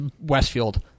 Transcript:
Westfield